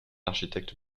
architecte